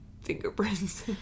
fingerprints